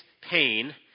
pain